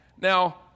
Now